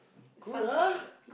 good ah